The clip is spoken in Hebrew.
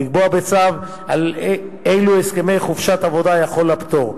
לקבוע בצו על אילו הסכמי חופשת עבודה יחול הפטור.